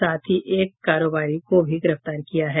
साथ ही एक कारोबारी को भी गिरफ्तार किया है